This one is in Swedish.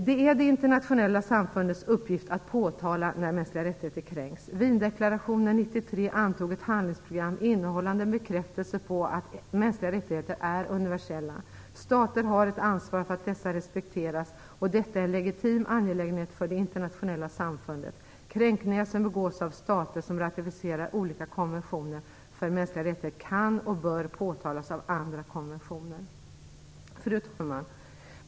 Det är det internationella samfundets uppgift att påtala när mänskliga rättigheter kränks. Wiendeklarationen 1993 antog ett handlingsprogram innehållande en bekräftelse på att mänskliga rättigheter är universella. Stater har ett ansvar för att dessa respekteras, och detta är en legitim angelägenhet för det internationella samfundet. Kränkningar som begås av stater som ratificerat olika konventioner för mänskliga rättigheter kan och bör påtalas av andra konventionsstater. Fru talman!